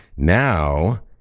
Now